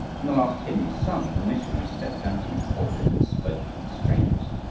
when the last hymn was sung the missionary stepped down from his pulpit and spoke to the strangers.